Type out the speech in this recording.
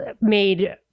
made